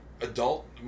adult